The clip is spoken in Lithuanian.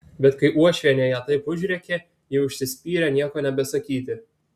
bet kai uošvienė ją taip užrėkė ji užsispyrė nieko nebesakyti